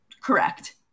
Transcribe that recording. Correct